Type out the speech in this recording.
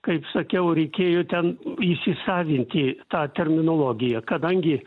kaip sakiau reikėjo ten įsisavinti tą terminologiją kadangi